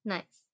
Nice